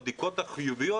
אני והוועדה מעריכים את